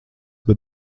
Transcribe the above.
bet